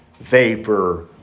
vapor